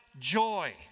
joy